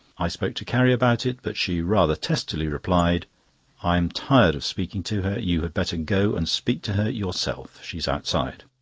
i spoke to carrie about it, but she rather testily replied i am tired of speaking to her you had better go and speak to her yourself. she is outside.